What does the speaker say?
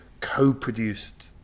co-produced